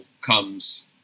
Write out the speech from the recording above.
comes